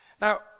Now